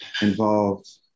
involved